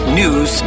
news